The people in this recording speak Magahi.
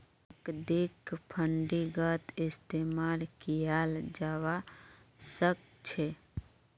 नकदीक फंडिंगत इस्तेमाल कियाल जवा सक छे